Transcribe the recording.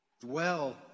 Dwell